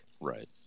Right